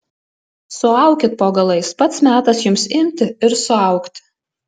suaukit po galais pats metas jums imti ir suaugti